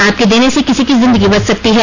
आपके देने से किसी की जिंदगी बच सकती है